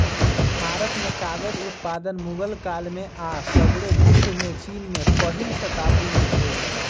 भारत में कागज उत्पादन मुगल काल में आऽ सग्रे विश्वमें चिन में पहिल शताब्दी में भेल रहै